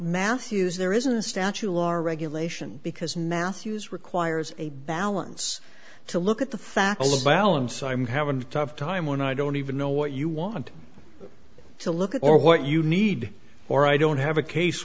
mathews there isn't a statue or regulation because matthews requires a balance to look at the facts of the balance i'm having a tough time when i don't even know what you want to look at or what you need or i don't have a case